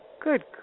Good